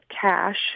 cash